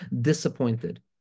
disappointed